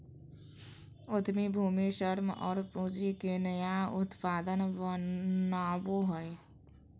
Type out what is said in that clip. उद्यमी भूमि, श्रम और पूँजी के नया उत्पाद बनावो हइ